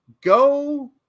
go